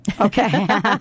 Okay